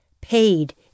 paid